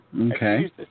Okay